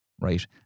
right